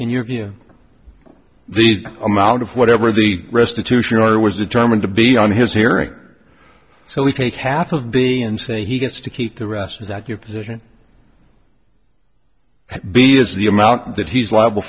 in your view the amount of whatever the restitution order was determined to be on his hearing so we take half of being say he gets to keep the rest of that your position b is the amount that he's liable